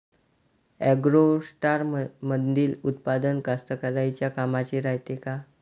ॲग्रोस्टारमंदील उत्पादन कास्तकाराइच्या कामाचे रायते का?